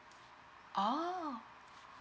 oh